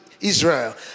Israel